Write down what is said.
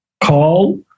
call